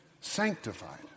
Sanctified